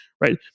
Right